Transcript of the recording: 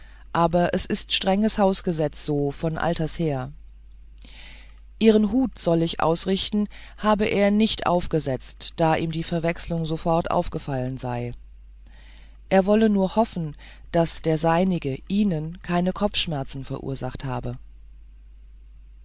aber es ist strenges hausgesetz so von alters her ihren hut soll ich ausrichten habe er nicht aufgesetzt da ihm die verwechslung sofort aufgefallen sei er wolle nur hoffen daß der seinige ihnen keine kopfschmerzen verursacht habe